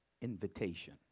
Invitation